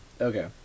Okay